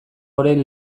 orain